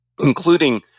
including